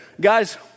Guys